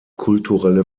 kulturelle